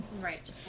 Right